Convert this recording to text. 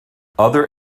other